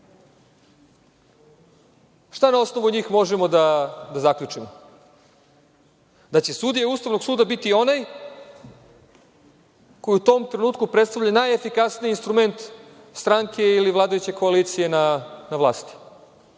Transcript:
na osnovu njih možemo da zaključimo? Da će sudija Ustanog suda biti onaj koji u tom trenutku predstavlja najefikasniji instrument stranke ili vladajuće koalicije na vlasti.